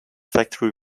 factory